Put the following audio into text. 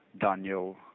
Daniel